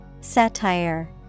Satire